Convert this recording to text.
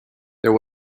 there